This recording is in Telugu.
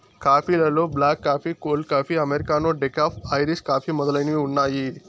కాఫీ లలో black coffee, cold coffee, americano, decaf, Irish coffee మొదలైనవి ఉన్నాయి